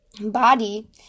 body